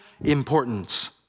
importance